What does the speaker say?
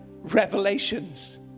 revelations